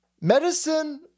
Medicine